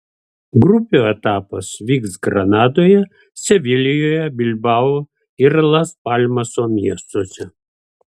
grupių etapas vyks granadoje sevilijoje bilbao ir las palmaso miestuose